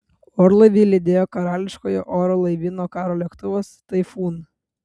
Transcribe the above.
orlaivį lydėjo karališkojo oro laivyno karo lėktuvas taifūn